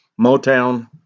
Motown